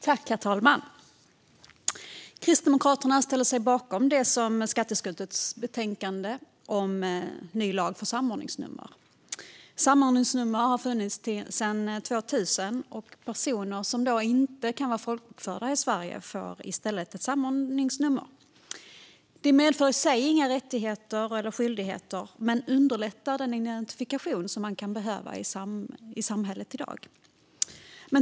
Herr talman! Kristdemokraterna ställer sig bakom det som föreslås i skatteutskottets betänkande om en ny lag för samordningsnummer. Samordningsnummer har funnits sedan år 2000. Personer som inte kan vara folkbokförda i Sverige får i stället ett samordningsnummer. Det medför i sig inga rättigheter eller skyldigheter men underlättar för den identifikation som kan behövas i samhället i dag.